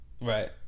Right